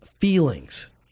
feelings